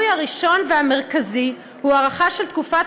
השינוי הראשון והמרכזי הוא הארכה של תקופת